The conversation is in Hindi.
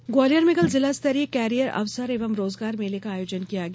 रोजगार मेला ग्वालियर में कल जिलास्तरीय करियर अवसर एवं रोजगार मेले का आयोजन किया गया